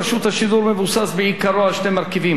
בעיקרו על שני מרכיבים: אגרת הטלוויזיה,